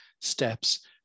steps